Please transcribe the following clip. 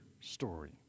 story